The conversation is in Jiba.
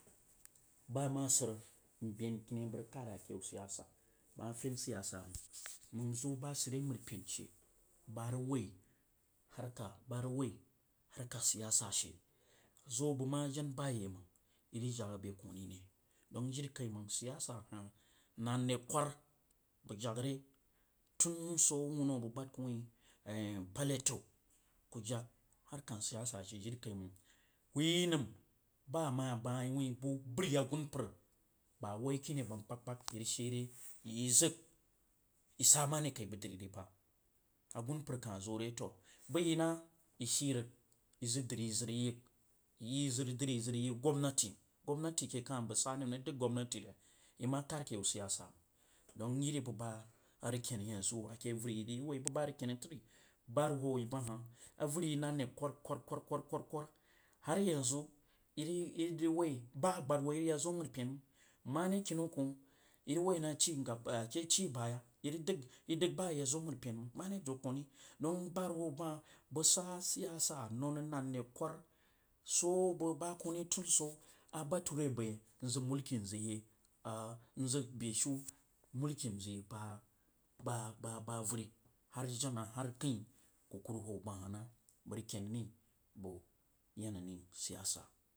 Bama sar nben kini a bah rag kundr akeyau siysa bəg mfne siyasa mang mag zi ba ma sidere mjiri pen she ba rag woi harka rah woi, harka siyasa she zo vəg majen bayeimans i rəg jug a be koh rire? Don jirikaimang siyasa hai nan re kwer tun swo wun abag baf ku mun paleto ku jag harka siyasa she jiri kai məng bəs ma bəg ma yi be bari asumpar, ba wui kiniya aba kapgkpag irag zag i sa more keyi bəg driyi ribah, agun par zo re toh baiyi na toh toah sshi vag izəg dri izəg das gwamnaty, gwamnaty re i ma kad ke yan siyasa mang dong iri buba arag ken ake auari yi ri bah auzi yina re kwarkwarkwiri ira wui ba sbad ho yi rag ya zo mari penmang mare kinnau koh iras woi naxin irag woi na cinboye ira dasi i das ba yazo matri penmang mare wso kohvi dong buhure hwo yibahah bag sa siyasa nunrəg nan re kwar tun wso bagla kor ri a bature bai mbai nzag muliki nad nzag beshiu mulkin zogyi baiba avari har jen hah har akjin kukuhurhwaui behah nah ba rəg kenri bag yenn yin siyasa.